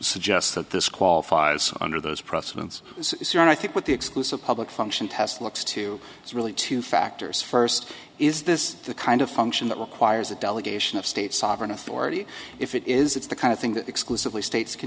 suggest that this qualifies under those precedents and i think what the exclusive public function test looks to is really two factors first is this the kind of function that requires a delegation of state sovereign authority if it is it's the kind of thing that exclusively states can